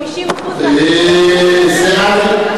50% מהציבור לא משרת,